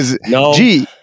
No